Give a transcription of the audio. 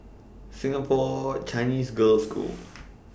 Singapore Chinese Girls' School